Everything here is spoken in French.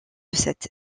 cet